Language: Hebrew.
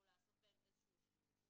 או לעשות בהם איזשהו שימוש.